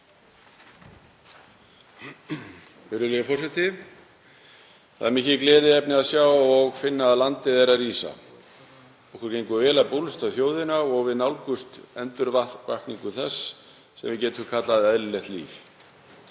Það er mikið gleðiefni að sjá og finna að landið er að rísa. Okkur gengur vel að bólusetja þjóðina og við nálgumst endurvakningu þess sem við getum kallað eðlilegt líf.